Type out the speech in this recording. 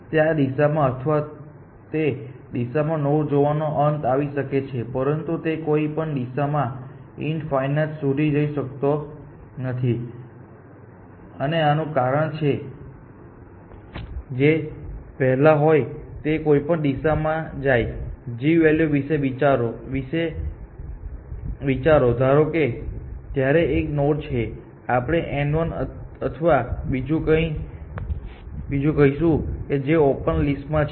તે આ દિશામાં અથવા તે દિશામાં નોડ જોવાનો અંત આવી શકે છે પરંતુ તે કોઈ પણ દિશામાં ઇન્ફાઇનાઇટ સુધી જઈ શકતો નથી અને આનું કારણ જે પણ હોય તે છે તે કોઈપણ દિશામાં જાય g વેલ્યુ વિશે વિચારોધારો કે ત્યાં એક નોડ છે કે આપણે તેને n 1 અથવા બીજું કંઈક કહીશું જે ઓપન લિસ્ટ માં છે